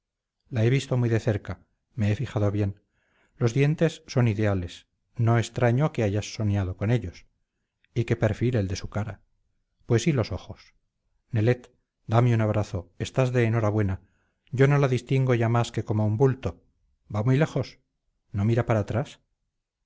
la he visto muy de cerca me he fijado bien los dientes son ideales no extraño que hayas soñado con ellos y qué perfil el de su cara pues y los ojos nelet dame un abrazo estás de enhorabuena yo no la distingo ya más que como un bulto va muy lejos no mira para atrás